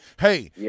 Hey